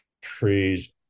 trees